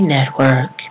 Network